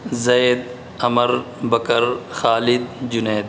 Zaid Amr Bakr Khalid Junaid